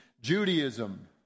Judaism